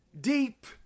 deep